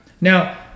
Now